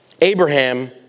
Abraham